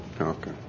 Okay